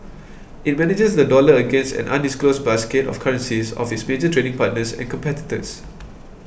it manages the dollar against an undisclosed basket of currencies of its major trading partners and competitors